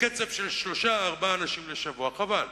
בקצב של שלושה או ארבעה לשבוע, חבל.